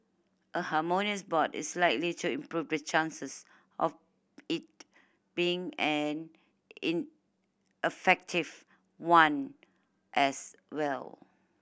a harmonious board is likely to improve the chances of it being an in one as well